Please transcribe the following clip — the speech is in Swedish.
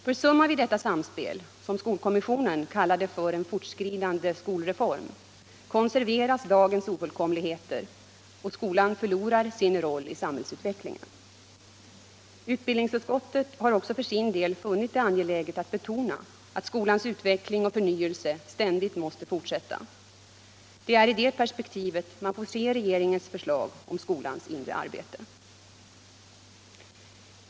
Försummar vi detta samspel, som skolkommissionen kallade för en fortskridande skolreform, konserveras dagens ofullkomligheter, och skolan förlorar sin rol! i samhällsutvecklingen. Utbildningsutskottet har också för sin del funnit det angeläget att betona att skolans utveckling och förnyelse ständigt måste fortsätta. Det är i det perspektivet man får se regeringens förslag om skolans inre arbete.